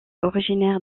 originaire